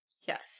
Yes